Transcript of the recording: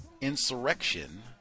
Insurrection